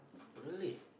really